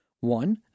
One